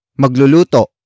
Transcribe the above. Magluluto